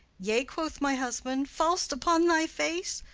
yea, quoth my husband, fall'st upon thy face?